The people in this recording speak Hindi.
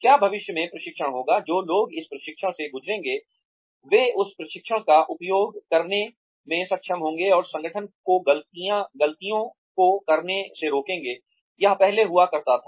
क्या भविष्य में प्रशिक्षण होगा जो लोग इस प्रशिक्षण से गुजरेंगे वे उस प्रशिक्षण का उपयोग करने में सक्षम होंगे और संगठन को ग़लतियों को करने से रोकेंगे यह पहले हुआ करता था